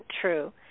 true